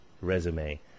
resume